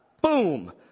boom